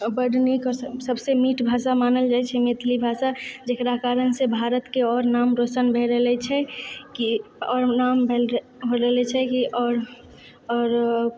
अऽ बड नीक अऽ सभसँ मीठ भाषा मानल जाइत छै मैथिली भाषा जेकरा कारणसे भारतके आओर नाम रौशन भए रहले छै कि आओर नाम भए र होरेले छै कि आओर आओर